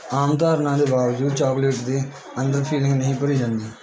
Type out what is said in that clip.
ਆਮ ਧਾਰਨਾ ਦੇ ਬਾਵਜੂਦ ਚੋਕਲੇਟ ਦੇ ਅੰਦਰ ਫਿਲਿੰਗ ਨਹੀਂ ਭਰੀ ਜਾਂਦੀ